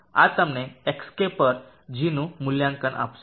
આ તમને xk પર g નું મૂલ્યાંકન આપશે